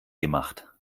gemacht